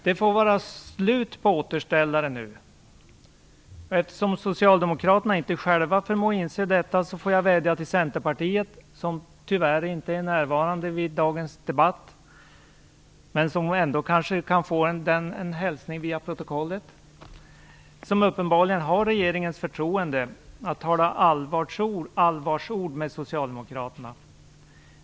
Det får vara slut på återställare nu, och eftersom socialdemokraterna inte själva förmår inse detta så får jag vädja till Centerpartiet - som tyvärr inte har någon representant närvarande vid dagens debatt, men som ändå kanske kan få en hälsning via protokollet - som uppenbarligen har regeringens förtroende att tala allvarsord med socialdemokraterna.